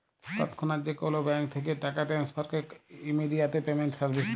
তৎক্ষনাৎ যে কোলো ব্যাংক থ্যাকে টাকা টেনেসফারকে ইমেডিয়াতে পেমেন্ট সার্ভিস ব্যলে